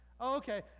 Okay